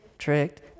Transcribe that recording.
Tricked